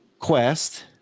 quest